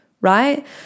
Right